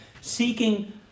seeking